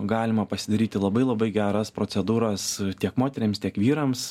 galima pasidaryti labai labai geras procedūras tiek moterims tiek vyrams